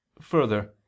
Further